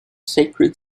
sacred